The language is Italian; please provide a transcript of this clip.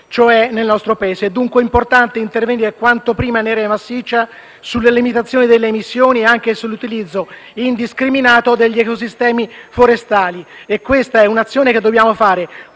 È dunque importante intervenire quanto prima e in maniera massiccia sulla limitazione delle emissioni e anche sull'utilizzo indiscriminato degli ecosistemi forestali e questa è un'azione che dobbiamo fare